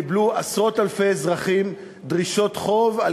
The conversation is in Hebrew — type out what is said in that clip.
קיבלו עשרות-אלפי אזרחים דרישות חוב על